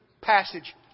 passage